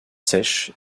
sèches